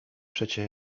przecie